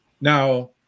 Now